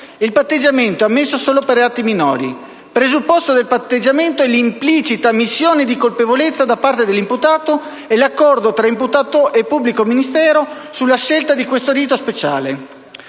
Il patteggiamento è ammesso solo per reati minori. Presupposto del patteggiamento è l'implicita ammissione di colpevolezza da parte dell'imputato e l'accordo tra imputato e pubblico ministero sulla scelta di questo rito speciale.